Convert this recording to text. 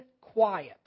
quiet